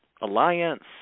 alliance